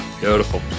Beautiful